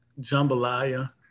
jambalaya